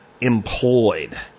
employed